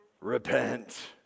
Repent